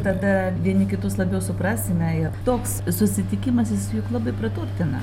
tada vieni kitus labiau suprasime ir toks susitikimas jis juk labai praturtina